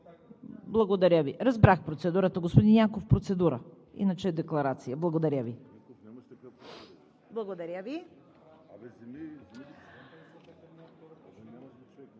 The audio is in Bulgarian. Благодаря Ви. Разбрах процедурата. Господин Янков – процедура, иначе е декларация. Благодаря Ви. Уважаеми